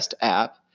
app